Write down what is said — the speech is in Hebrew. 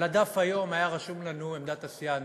על הדף היום היה רשום לנו שעמדת הסיעה נגד,